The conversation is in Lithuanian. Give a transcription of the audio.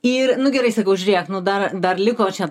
ir nu gerai sakau žiūrėk nu dar dar liko čia